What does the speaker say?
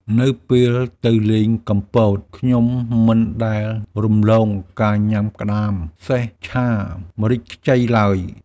នៅពេលទៅលេងកំពត ខ្ញុំមិនដែលរំលងការញ៉ាំក្តាមសេះឆាម្រេចខ្ចីឡើយ។